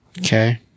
Okay